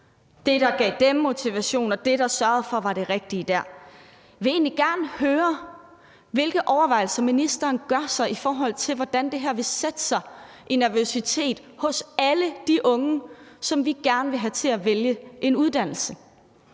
det, der gav dem motivation, og det, der var det rigtige der. Jeg vil egentlig gerne høre, hvilke overvejelser ministeren gør sig, i forhold til hvordan det her vil sætte sig i nervøsitet hos alle de unge, som vi gerne vil have til at vælge en uddannelse.